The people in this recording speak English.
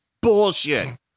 Bullshit